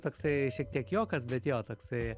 toksai šiek tiek juokas bet jo toksai